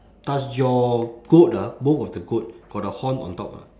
does your goat ah both of the goat got the horn on top or not